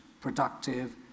productive